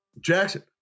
Jackson